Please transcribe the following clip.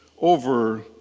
over